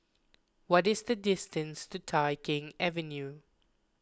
what is the distance to Tai Keng Avenue